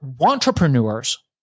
entrepreneurs